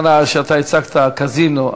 לעניין שאתה הצגת, הקזינו.